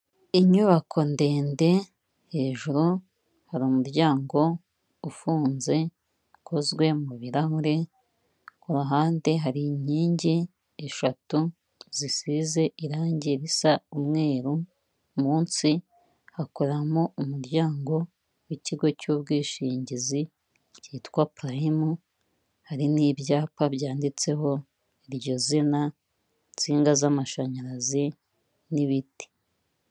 Inyubako ndende hejuru hari umuryango ufunze ukozwe mu birarahure kuruhande hari inkingi eshatu zisize irangi risa umweru munsi hakoramo umuryango w'ikigo cy'ubwishingizi cyitwa Prime hari n'ibyapa byanditseho iryo zina n'insinga z'amashanyarazi n'ibiti.